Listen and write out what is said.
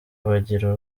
bagira